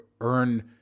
earn